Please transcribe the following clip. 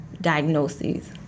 diagnoses